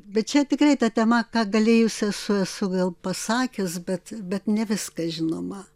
bet čia tikrai ta tema ką galėjus esu esu gal pasakius bet bet ne viską žinoma